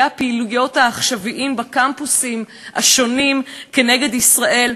הפעילויות העכשוויים בקמפוסים השונים נגד ישראל,